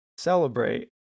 Celebrate